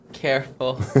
Careful